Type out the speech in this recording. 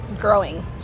growing